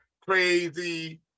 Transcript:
crazy